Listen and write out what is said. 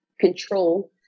control